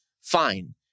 Fine